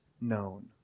known